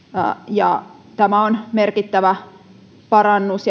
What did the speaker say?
ja tämä on merkittävä parannus